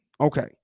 Okay